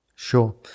Sure